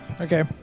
Okay